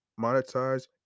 monetize